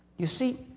you see,